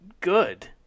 good